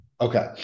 Okay